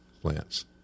plants